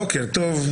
בוקר טוב.